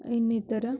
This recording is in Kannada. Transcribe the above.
ಇನ್ನಿತರ